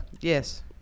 yes